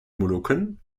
molukken